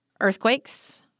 earthquakes